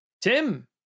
Tim